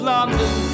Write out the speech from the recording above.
London